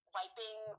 wiping